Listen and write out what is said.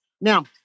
now